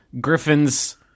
Griffin's